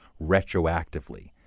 retroactively